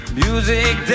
music